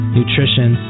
nutrition